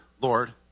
Lord